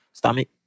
stomach